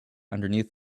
underneath